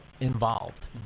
involved